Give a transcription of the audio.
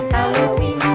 Halloween